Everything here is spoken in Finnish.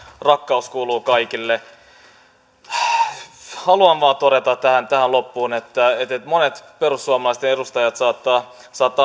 rakkaus kuuluu kaikille haluan vain todeta tähän loppuun että monet perussuomalaiset edustajat saattavat